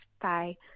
Bye